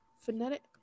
phonetic